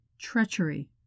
Treachery